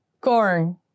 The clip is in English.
Corn